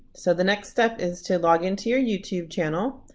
so the next step is to log in to your youtube channel.